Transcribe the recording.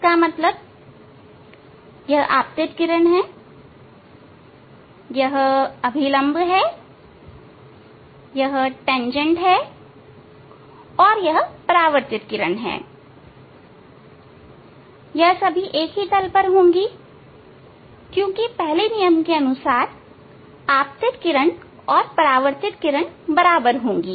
इसका मतलब है यह आपतित किरण है यह इसका अभिलंब है यह तेंजेंट है और यह परावर्तित किरण है यह सभी एक ही तल पर होंगी क्योंकि पहले नियम के अनुसार आपतित किरण और परावर्तित किरण बराबर होंगी